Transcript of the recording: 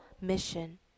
mission